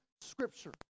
scripture